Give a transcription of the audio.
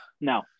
No